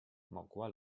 mogła